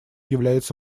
является